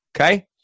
Okay